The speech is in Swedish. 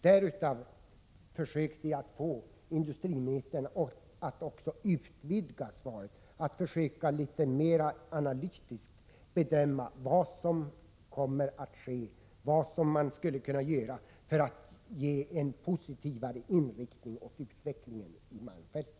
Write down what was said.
Därför försökte jag få industriministern att utvidga svaret och att mera analytiskt bedöma vad som kommer att ske och vad man skulle kunna göras för att. ge en mer positiv inriktning åt utvecklingen i Malmfälten.